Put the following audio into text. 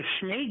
snake